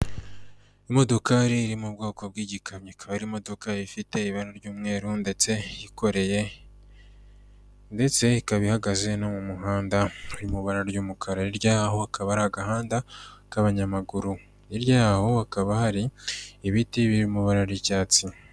Imodoka iri mu bwoko bw'igikamyo, ikaba ari imodoka ifite ibintu ry'umweru ndetse yikoreye, ndetse ikaba ihagaze no mu muhanda uri mu ibara ry'umukara, hirya yaho hakaba hari agahanda k'abanyamaguru, hirya yaho hakaba hari ibiti biri mu ibara ry'icyatsi.